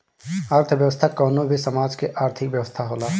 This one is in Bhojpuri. अर्थव्यवस्था कवनो भी समाज के आर्थिक व्यवस्था होला